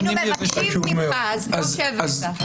היינו מבקשים ממך אז טוב שהבאת.